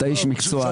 אתה איש מקצוע,